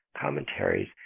Commentaries